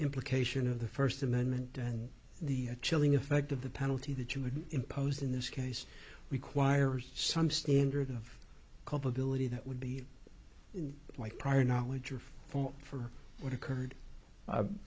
implication of the first amendment and the a chilling effect of the penalty that you would impose in this case requires some standard of culpability that would be my prior knowledge of for what occurred